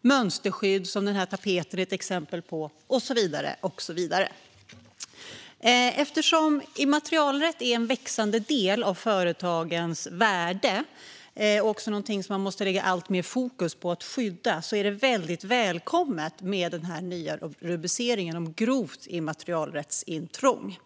mönsterskydd - vilket den här tapeten är ett exempel på - och så vidare. Eftersom immaterialrätt är en växande del av företagens värde och något som man måste lägga alltmer fokus på att skydda är det väldigt välkommet med den nya brottsrubriceringen grovt immaterialrättsintrång.